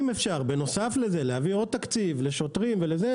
אם אפשר בנוסף לזה להעביר עוד תקציב לשוטרים וכולי,